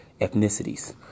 ethnicities